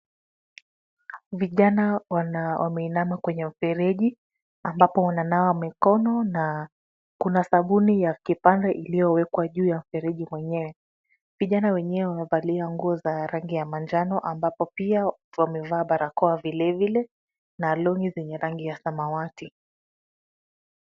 Vijana wana wameinama kwenye mfereji ambapo wananawa mikono na kuna sabuni ya kipande iliyowekwa juu ya mfereji mwenyewe. Vijana wenyewe wamevalia nguo za rangi ya manjano, ambapo pia wamevaa barakoa vilevile na long'i zenye rangi ya samawati.